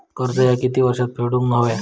कर्ज ह्या किती वर्षात फेडून हव्या?